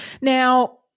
Now